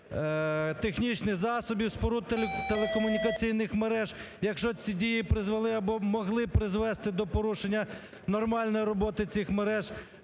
технічних засобів, споруд телекомунікаційних мереж, якщо ці дії призвели або могли призвести до порушення нормальної роботи цих мереж,